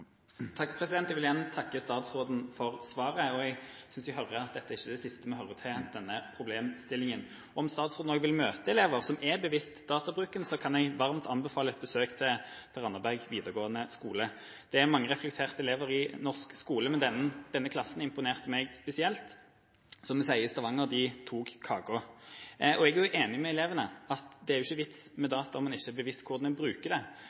Jeg vil gjerne takke statsråden for svaret. Jeg synes jeg hører at dette er ikke det siste vi hører til denne problemstillingen. Om statsråden også vil møte elever som har et bevisst forhold til databruken, kan jeg varmt anbefale et besøk til Randaberg videregående skole. Det er mange reflekterte elever i norsk skole, men denne klassen imponerte meg spesielt. Som vi sier i Stavanger: De tok kaka. Jeg er enig med elevene i at det er ikke noen vits med data om en ikke er seg bevisst hvordan en bruker det.